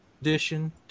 edition